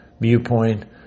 viewpoint